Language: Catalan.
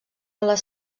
les